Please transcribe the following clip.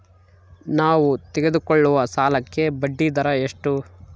ನಾವು ತೆಗೆದುಕೊಳ್ಳುವ ಸಾಲಕ್ಕೆ ಬಡ್ಡಿದರ ಎಷ್ಟು?